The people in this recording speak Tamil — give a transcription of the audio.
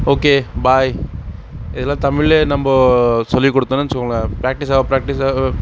ஓகே பாய் இதெல்லாம் தமிழ்லேயே நம்ம சொல்லி கொடுத்தோன்னு வச்சுகோங்க பிராக்டிஸ் ஆக பிராக்டிஸ் ஆக